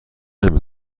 نمی